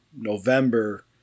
November